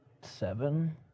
Seven